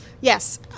Yes